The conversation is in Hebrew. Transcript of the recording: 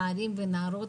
נערים ונערות,